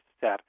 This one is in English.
set